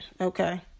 Okay